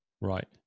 Right